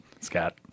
Scott